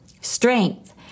strength